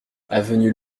avenue